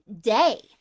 day